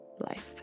life